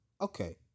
Okay